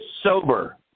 sober